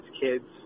kids